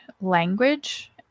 language